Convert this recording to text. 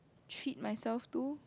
treat myself too